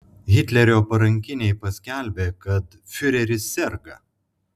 hitlerio parankiniai paskelbė kad fiureris serga